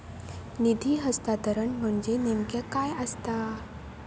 निधी हस्तांतरण म्हणजे नेमक्या काय आसा?